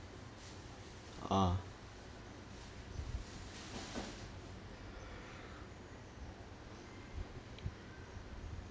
ah